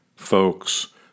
folks